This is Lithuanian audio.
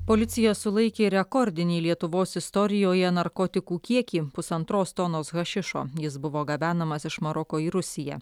policija sulaikė rekordinį lietuvos istorijoje narkotikų kiekį pusantros tonos hašišo jis buvo gabenamas iš maroko į rusiją